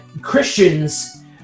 Christians